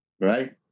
right